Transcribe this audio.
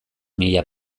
mila